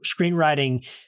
screenwriting